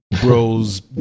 bros